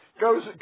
goes